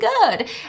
good